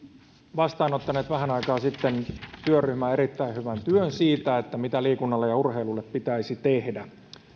vastaanottanut vähän aikaa sitten työryhmän erittäin hyvän työn siitä mitä liikunnalle ja urheilulle pitäisi tehdä